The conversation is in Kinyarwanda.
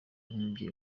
nk’umubyeyi